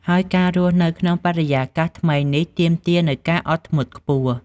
ហើយការរស់នៅក្នុងបរិយាកាសថ្មីនេះទាមទារនូវការអត់ធ្មត់ខ្ពស់។